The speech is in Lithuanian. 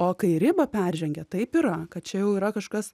o kai ribą peržengė taip yra kad čia jau yra kažkas